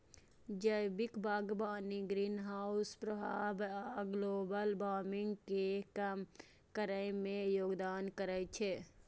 जैविक बागवानी ग्रीनहाउस प्रभाव आ ग्लोबल वार्मिंग कें कम करै मे योगदान करै छै